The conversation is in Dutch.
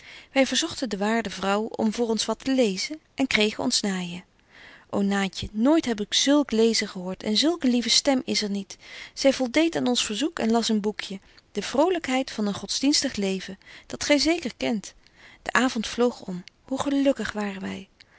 wy verzogten de waarde vrouw om voor ons wat te lezen en kregen ons naaijen ô naatje nooit heb ik zulk lezen gehoort en zulk een lieve stem is er niet zy voldeedt aan ons verzoek en las een boekje de vrolykheid van een godsdienstig leven dat gy zeker kent de avond vloog om hoe gelukkig waren wy